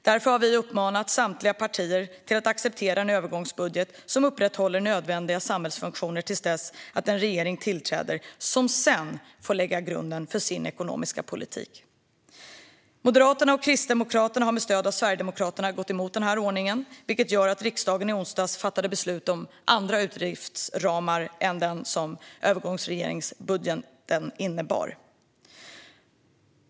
Därför har vi uppmanat samtliga partier att acceptera en övergångsbudget som upprätthåller nödvändiga samhällsfunktioner till dess att en regering tillträder som sedan får lägga grunden för sin ekonomiska politik. Moderaterna och Kristdemokraterna har med stöd av Sverigedemokraterna gått emot den här ordningen, vilket gjorde att riksdagen i onsdags fattade beslut om andra utgiftsramar än de som övergångsregeringens budget innebar.